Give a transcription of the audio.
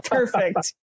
Perfect